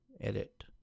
edit